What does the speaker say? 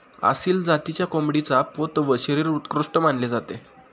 आसिल जातीच्या कोंबडीचा पोत व शरीर उत्कृष्ट मानले जाते